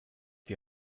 die